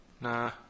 Nah